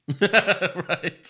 right